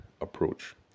approach